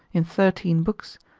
in thirteen books,